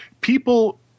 people